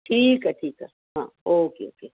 ठीकु आहे ठीकु आहे ओके ओके